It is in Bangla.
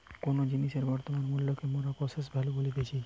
কোনো জিনিসের বর্তমান মূল্যকে মোরা প্রেসেন্ট ভ্যালু বলতেছি